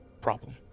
problem